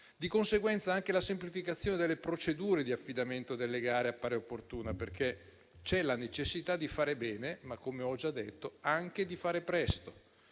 Di conseguenza, anche la semplificazione delle procedure di affidamento delle gare appare opportuna, perché c'è la necessità di fare bene, ma - come ho già detto - c'è anche